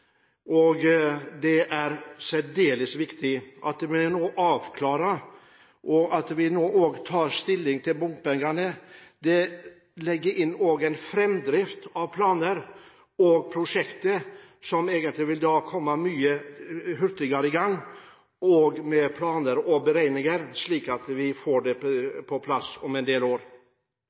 Det er særdeles viktig at vi nå avklarer og tar stilling til bompengene. Det legger inn en framdrift i prosjektet, som vil komme mye hurtigere i gang, med planer og beregninger, slik at vi får det på plass om en del år.